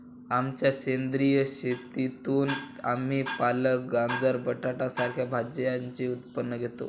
आमच्या सेंद्रिय शेतीतून आम्ही पालक, गाजर, बटाटा सारख्या भाज्यांचे उत्पन्न घेतो